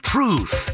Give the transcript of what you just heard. Truth